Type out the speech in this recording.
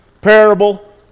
parable